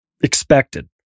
expected